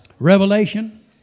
Revelation